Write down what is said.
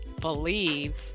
believe